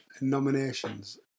nominations